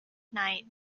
night